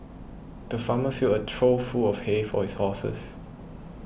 the farmer filled a trough full of hay for his horses